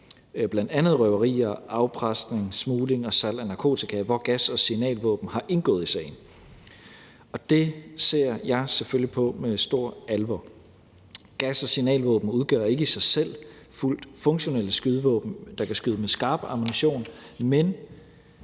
bl.a. røverier, afpresning, smugling og salg af narkotika, hvor gas- og signalvåben har indgået i sagen. Og det ser jeg selvfølgelig på med stor alvor. Gas- og signalvåben udgør ikke i sig selv fuldt funktionelle skydevåben, der kan skyde med skarp ammunition, men